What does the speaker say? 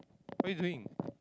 what're you doing